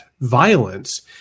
violence